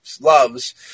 loves